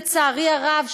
לצערי הרב,